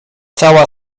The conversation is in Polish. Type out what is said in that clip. cała